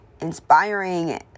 inspiring